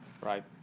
right